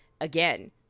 again